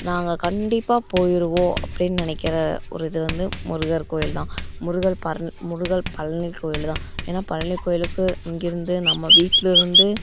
நாங்கள் கண்டிப்பாக போயிடுவோம் அப்படின் நினைக்கிற ஒரு இது வந்து முருகர் கோயில் தான் முருகர் பரன் முருகர் பழனி கோயிலு தான் ஏன்னால் பழனி கோயிலுக்கு இங்கே இருந்து நம்ம வீட்டில் இருந்து